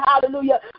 hallelujah